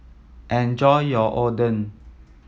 enjoy your Oden